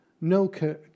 no